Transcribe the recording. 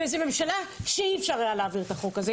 זו ממשלה שאי אפשר היה להעביר את החוק הזה.